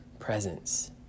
presence